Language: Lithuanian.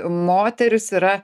moterys yra